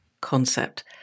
concept